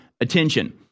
attention